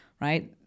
right